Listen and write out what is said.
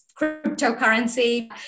cryptocurrency